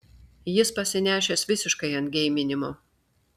jis pasinešęs visiškai ant geiminimo